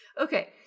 Okay